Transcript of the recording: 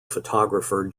photographer